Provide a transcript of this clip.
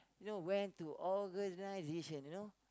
you know went to organisation you know